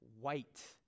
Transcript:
white